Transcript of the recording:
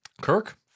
Kirk